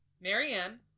Marianne